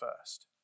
first